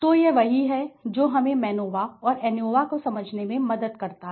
तो यह वही है जो हमें मैनोवाऔर एनोवा को समझने में मदद करता है